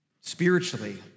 spiritually